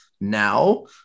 now